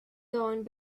going